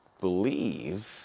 believe